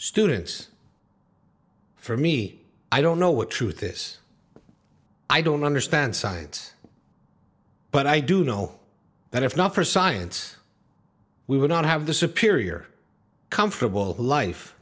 students for me i don't know what truth is i don't understand sides but i do know that if not for science we would not have the superior comfortable life